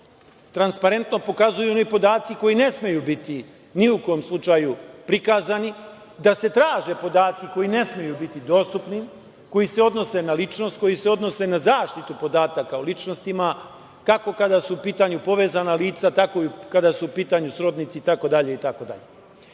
transparentno pokazuju oni podaci koji ne smeju biti ni u kom slučaju prikazani, da se traže podaci koji ne smeju biti dostupni, koji se odnose na ličnost, koji se odnose za zaštitu podataka o ličnostima, kako kada su u pitanju povezana lica, tako i kada su u pitanju srodnici itd, itd. Na